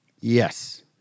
Yes